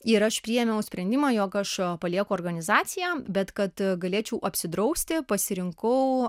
ir aš priėmiau sprendimą jog aš palieku organizaciją bet kad galėčiau apsidrausti pasirinkau